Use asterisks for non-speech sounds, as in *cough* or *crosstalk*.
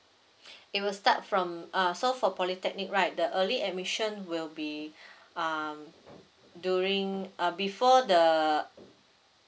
*breath* it will start from uh so for polytechnic right the early admission will be um during uh before the